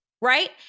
Right